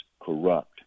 corrupt